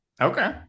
Okay